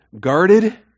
Guarded